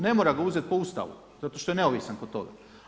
Ne mora ga uzet po Ustavu, zato što je neovisan kod toga.